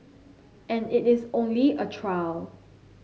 and it is only a trial